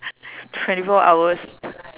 twenty four hours